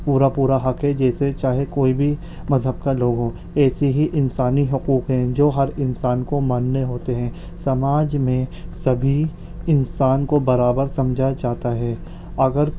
پورا پورا حق ہے جیسے چاہے کوئی بھی مذہب کا لوگ ہو ایسے ہی انسانی حقوق ہیں جو ہر انسان کو ماننے ہوتے ہیں سماج میں سبھی انسان کو برابر سمجھا جاتا ہے اگر